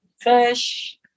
Fish